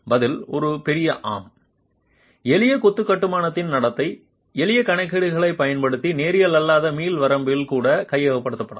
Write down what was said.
பதில் ஒரு பெரிய ஆம் எளிய கொத்து கட்டுமானத்தின் நடத்தை எளிய கணக்கீடுகளைப் பயன்படுத்தி நேரியல் அல்லாத மீள் வரம்பில் கூட கைப்பற்றப்படலாம்